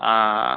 ஆ ஆ